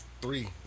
three